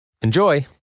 Enjoy